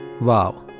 Wow